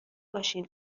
باشین